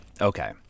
Okay